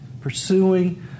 pursuing